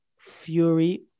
Fury